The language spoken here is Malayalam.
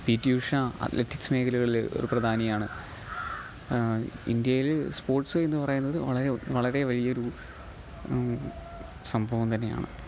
പി റ്റി ഉഷാ അത്ലറ്റിക്സ് മേഖലകളില് ഒരു പ്രധാനിയാണ് ഇന്ത്യയില് സ്പോർട്സ് എന്നു പറയുന്നത് വളരെ വളരേ വലിയൊരു സംഭവം തന്നെയാണ്